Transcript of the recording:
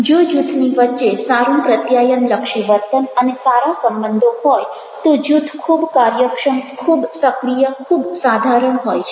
જો જૂથની વચ્ચે સારું પ્રત્યાયનલક્ષી વર્તન અને સારા સંબંધો હોય તો જૂથ ખૂબ કાર્યક્ષમ ખૂબ સક્રિય ખૂબ સાધારણ હોય છે